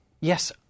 Yes